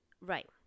right